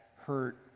hurt